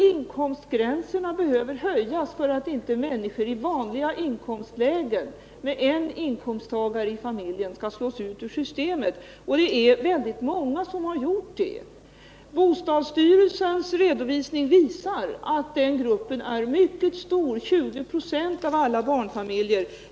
Inkomstgränserna behöver höjas för att inte människor i vanliga inkomstlägen med en inkomsttagare i familjen skall slås ut ur systemet. Det är många som har gjort det. Bostadsstyrelsens redovisning visar att den gruppen är mycket stor — den omfattar 20 96 av alla barnfamiljer.